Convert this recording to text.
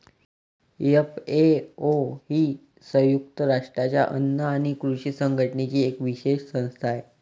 FAO ही संयुक्त राष्ट्रांच्या अन्न आणि कृषी संघटनेची एक विशेष संस्था आहे